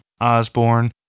Osborne